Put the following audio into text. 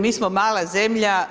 Mi smo mala zemlja.